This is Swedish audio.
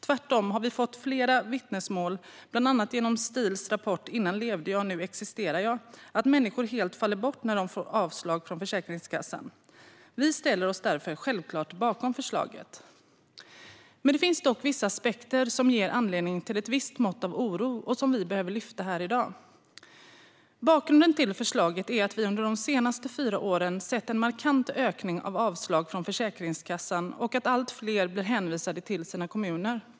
Tvärtom har vi fått flera vittnesmål, bland annat i Stils rapport Innan levde jag, nu existerar jag , om att människor helt faller bort när de får avslag från Försäkringskassan. Vi i Vänsterpartiet ställer oss därför självklart bakom förslaget. Det finns dock vissa aspekter som ger anledning till ett visst mått av oro och som vi behöver lyfta fram i dag. Bakgrunden till förslaget är att vi under de senaste fyra åren har sett en markant ökning av avslag från Försäkringskassan och att allt fler blir hänvisade till sina kommuner.